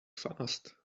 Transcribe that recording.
fast